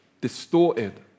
distorted